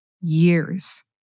years